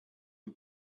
you